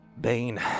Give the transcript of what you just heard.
Bane